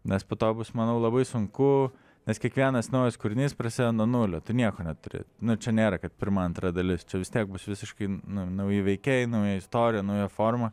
nes po to bus manau labai sunku nes kiekvienas naujas kūrinys prasideda nuo nulio tu nieko neturi nu čia nėra kad pirma antra dalis čia vis tiek bus visiškai nu nauji veikėjai nauja istorija nauja forma